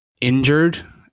injured